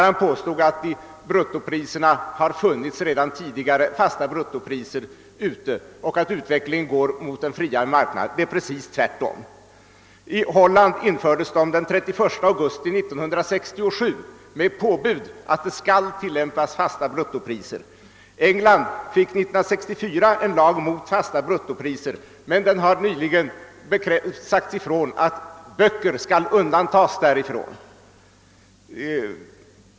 Han påstod att det tidigare i utlandet funnits fasta bruttopriser men att utvecklingen går mot en friare marknad. Det förhåller sig precis tvärtom. I Holland påbjöds den 31 augusti 1967 att fasta bruttopriser skall tillämpas. England fick år 1964 en lag mot fasta bruttopriser, men det har nyligen sagts ifrån att böcker skall undantas därifrån.